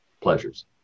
pleasures